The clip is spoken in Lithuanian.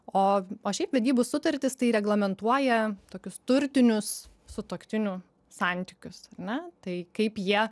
o o šiaip vedybų sutartys tai reglamentuoja tokius turtinius sutuoktinių santykius ar ne tai kaip jie